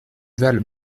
val